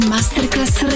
Masterclass